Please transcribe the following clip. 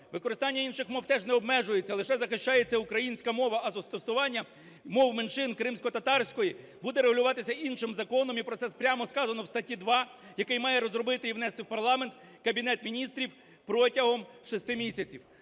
Використання інших мов теж не обмежується, лише захищається українська мова. А застосування мов меншин, кримськотатарської, буде регулюватися іншим законом, і про це прямо сказано в статті 2, який має розробити і внести в парламент Кабінет Міністрів протягом 6 місяців.